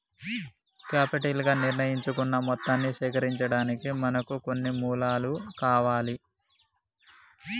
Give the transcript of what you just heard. capital గా నిర్ణయించుకున్న మొత్తాన్ని సేకరించడానికి మనకు కొన్ని మూలాలు కావాలి